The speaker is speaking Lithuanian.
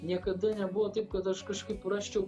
niekada nebuvo taip kad aš kažkaip rasčiau